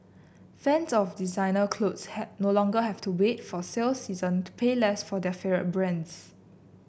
fans of designer clothes had no longer have to wait for sale season to pay less for their favourite brands